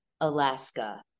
Alaska